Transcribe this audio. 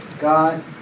God